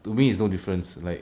to me it's no difference like